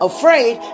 Afraid